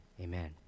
amen